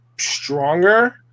Stronger